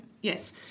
Yes